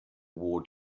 war